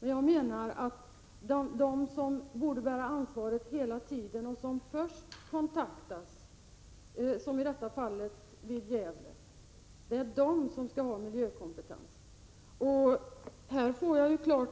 Vad jag menar är att miljökompetensen borde finnas hos dem som från början bär ansvaret och som först kontaktas — i detta fall Gävle. Nu har jag fått klart